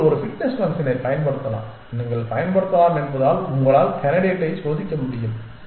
நீங்கள் ஒரு ஃபிட்னஸ் ஃபங்ஷனைப் பயன்படுத்தலாம் நீங்கள் பயன்படுத்தலாம் என்பதால் உங்களால் கேண்டிடேட்டை சோதிக்க முடியும்